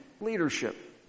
leadership